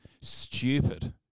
stupid